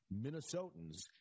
Minnesotans